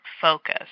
focus